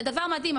זה דבר מדהים,